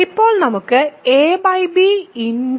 ഇപ്പോൾ നമുക്ക് ab